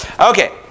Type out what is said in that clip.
Okay